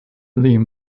leigh